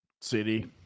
City